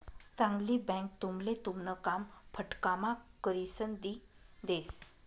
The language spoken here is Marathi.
चांगली बँक तुमले तुमन काम फटकाम्हा करिसन दी देस